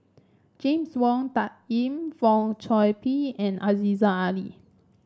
James Wong Tuck Yim Fong Chong Pik and Aziza Ali